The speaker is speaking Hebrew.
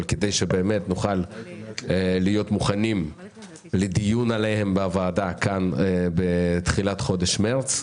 שבאמת נוכל להיות מוכנים לדיון עליהם בוועדה כאן בתחילת חודש מרץ,